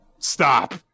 Stop